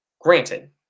Granted